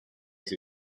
this